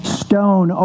stone